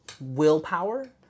willpower